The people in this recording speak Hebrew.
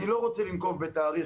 אני לא רוצה לנקוב בתאריך,